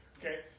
Okay